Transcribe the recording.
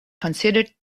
considered